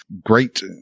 great